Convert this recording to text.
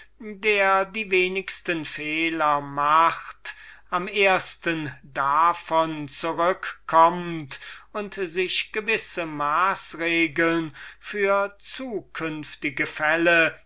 der die wenigsten fehler macht am bäldesten davon zurückkommt und sich gewisse kautelen für zukünftige fälle